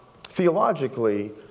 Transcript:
theologically